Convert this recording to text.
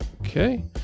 Okay